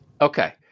Okay